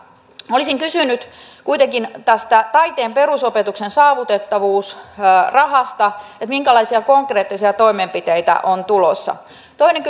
olisin kysynyt kuitenkin tästä taiteen perusopetuksen saavutettavuusrahasta minkälaisia konkreettisia toimenpiteitä on tulossa toinen